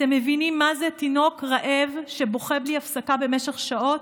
אתם מבינים מה זה תינוק רעב שבוכה בלי הפסקה במשך שעות?